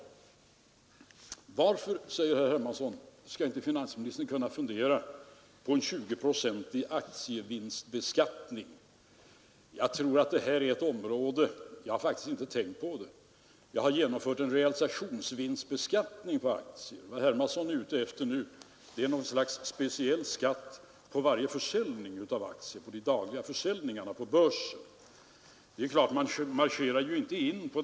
I sitt felsökande trodde sig herr Helén ha funnit att jag varit vårdslös med procenten. Om han läser mitt första inlägg skall han finna att jag talade om tvåårsperioder. Jag nämnde siffran 10 procent för åren 1969 och 1970 och några procent under åren 1971 och 1972.